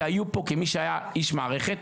כמי שהיה איש מערכת,